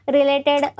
Related